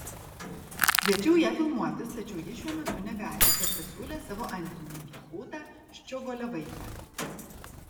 kviečiau ją filmuotis tačiau ji šiuo metu negali tad pasiūlė savo antrininkę rūtą ščiogolevaitę